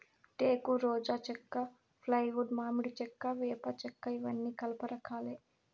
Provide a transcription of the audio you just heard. టేకు, రోజా చెక్క, ఫ్లైవుడ్, మామిడి చెక్క, వేప చెక్కఇవన్నీ కలప రకాలే